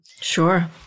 sure